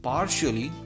Partially